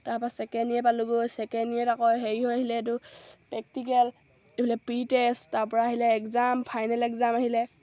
তাৰপৰা second year পালোঁগৈ second ইয়েৰত আকৌ হেৰি হৈ আহিলে এইটো প্ৰেক্টিকেল এইফালে প্ৰি টেষ্ট তাৰপৰা আহিলে এক্সাম ফাইনেল এক্সাম আহিলে